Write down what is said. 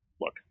look